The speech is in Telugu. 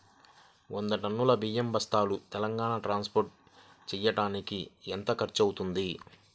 వంద టన్నులు బియ్యం బస్తాలు తెలంగాణ ట్రాస్పోర్ట్ చేయటానికి కి ఎంత ఖర్చు అవుతుంది?